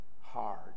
hard